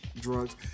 drugs